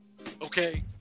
okay